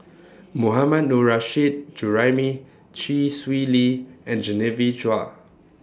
Mohammad Nurrasyid Juraimi Chee Swee Lee and Genevieve Chua